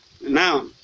now